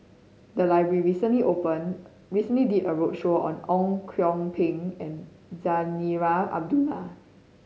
the library recently open recently did a roadshow on Ang Kok Peng and Zarinah Abdullah